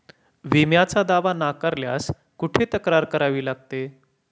विम्याचा दावा नाकारल्यास कुठे तक्रार करावी लागते?